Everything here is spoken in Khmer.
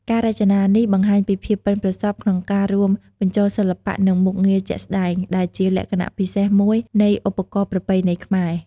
ការរចនានេះបង្ហាញពីភាពប៉ិនប្រសប់ក្នុងការរួមបញ្ចូលសិល្បៈ និងមុខងារជាក់ស្តែង ដែលជាលក្ខណៈពិសេសមួយនៃឧបករណ៍ប្រពៃណីខ្មែរ។